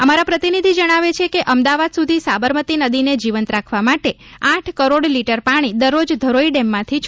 અમારા પ્રતિનિધિ જણાવે છે કે અમદાવાદ સુધી સાબરમતી નદીને જીવંત રાખવા માટે આઠ કરોડ લીટર પાણી દરરોજ ધરોઇ ડેમમાંથી છોડવામાં આવે છે